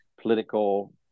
political